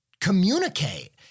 Communicate